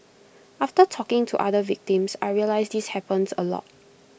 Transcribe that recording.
after talking to other victims I realised this happens A lot